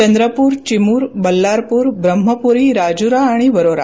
चंद्रपूर चिमूर बल्लारपूर ब्रम्हपूरी राजूरा आणि वरोरा